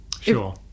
sure